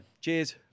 Cheers